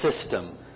system